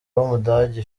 w’umudage